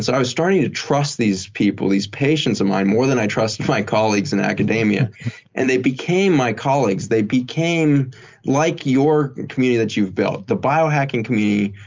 so i was starting to trust these people, these patients of mine more than i trust my colleagues in academia and they became my colleagues. they became like your community that you've built, the biohacking community.